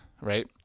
right